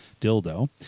Dildo